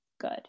good